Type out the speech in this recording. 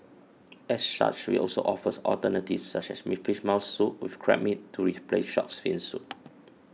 as such we also offers alternatives such as me Fish Maw Soup with Crab Meat to replace Shark's Fin Soup